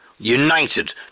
united